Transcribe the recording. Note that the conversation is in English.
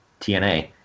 TNA